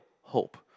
hope